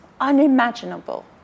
unimaginable